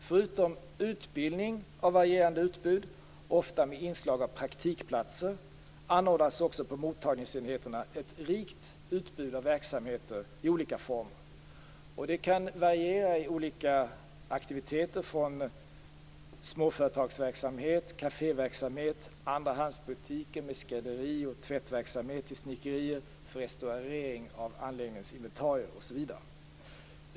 Förutom utbildning av varierande utbud, ofta med inslag av praktikplatser, anordnas på mottagningsenheterna ett rikt utbud av verksamheter i olika former. Aktiviteterna kan variera från småföretagsverksamhet, kaféverksamhet och andrahandsbutiker med skrädderi och tvättverksamhet till snickerier för restaurering av anläggningens inventarier osv.